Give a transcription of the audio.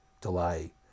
delay